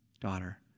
daughter